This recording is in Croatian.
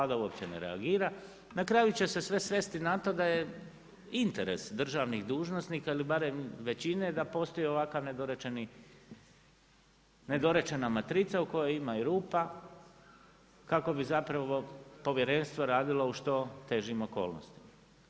Vlada uopće ne reagira, na kraju će se sve svesti na to da je interes državnih dužnosnika, ili barem većine da postoji ovakav nedorečena matrica, u kojoj ima i rupa, kako bi zapravo povjerenstvo radilo u što težimo okolnostima.